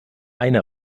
eine